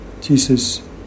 Jesus